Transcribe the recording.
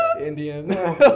Indian